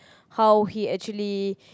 how you actually